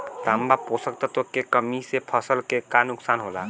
तांबा पोषक तत्व के कमी से फसल के का नुकसान होला?